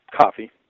Coffee